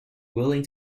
willing